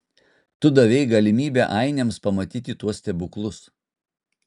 tu davei galimybę ainiams pamatyti tuos stebuklus